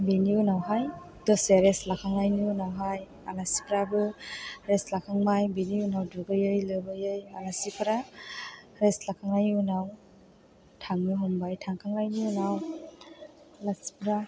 बेनि उनावहाय दसे रेस्ट लाखांनायनि उनावहाय आलासिफोराबो रेस्ट लाखांबाय बेनि उनाव दुगैयै लोबै आलासिफोरा रेस्ट लाखांनायनि उनाव थांनो मोनबाय थांखांनायनि उनाव आलासिफोरा